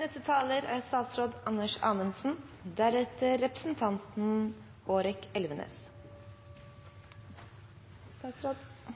Jeg synes det er